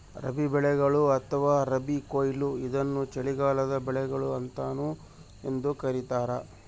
ರಬಿ ಬೆಳೆಗಳು ಅಥವಾ ರಬಿ ಕೊಯ್ಲು ಇದನ್ನು ಚಳಿಗಾಲದ ಬೆಳೆಗಳು ಅಂತಾನೂ ಎಂದೂ ಕರೀತಾರ